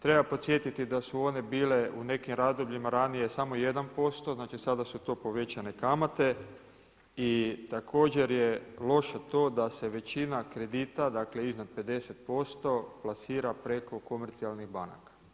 Treba podsjetiti da su one bile u nekim razdobljima ranije samo 1%, znači sada su to povećane kamate i također je loše to da se većina kredita dakle iznad 50% plasira preko komercijalnih banaka.